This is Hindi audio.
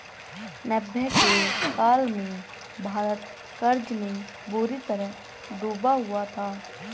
नब्बे के काल में भारत कर्ज में बुरी तरह डूबा हुआ था